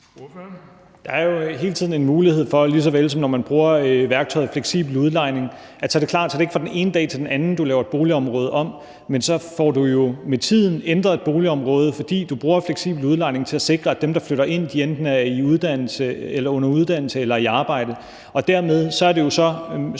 Der er jo hele tiden en mulighed for, lige såvel som der er, når man bruger værktøjet fleksibel udlejning – det er klart – at det ikke er fra den ene dag til den anden, du laver et boligområde om. Men du får jo med tiden ændret et boligområde, fordi du bruger fleksibel udlejning til at sikre, at dem, der flytter ind, enten er under uddannelse eller i arbejde. Dermed er det jo så